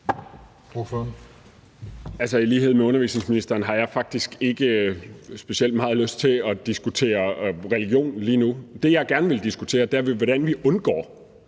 I lighed med undervisningsministeren har jeg faktisk ikke specielt meget lyst til at diskutere religion lige nu. Det, jeg gerne vil diskutere, er, hvordan vi undgår,